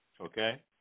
Okay